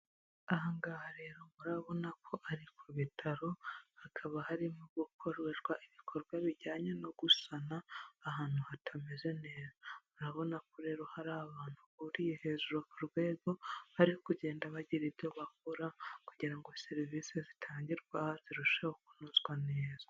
Aha ngaha rero murabona ko ari ku bitaro, hakaba harimo gukorerwa ibikorwa bijyanye no gusana ahantu hatameze neza. Urabona ko rero hari abantu bahuriye hejuru ku rwego, bari kugenda bagira ibyo bakora kugira ngo serivisi zitangirwa zirusheho kunozwa neza.